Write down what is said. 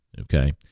okay